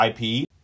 IP